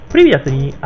Previously